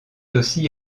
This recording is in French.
aussi